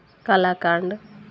kalakand